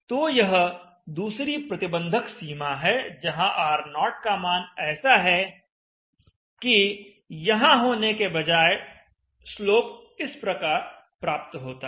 तो यह दूसरी प्रतिबंधक सीमा है जहां R0 का मान ऐसा है कि यहां होने के बजाय स्लोप इस प्रकार प्राप्त होता है